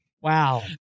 Wow